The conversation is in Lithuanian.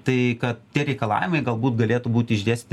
tai kad tie reikalavimai galbūt galėtų būti išdėstyti